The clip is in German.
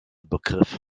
begriff